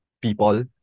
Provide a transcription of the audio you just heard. people